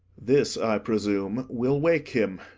this, i presume, will wake him.